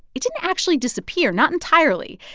it didn't actually disappear not entirely.